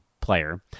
player